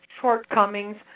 shortcomings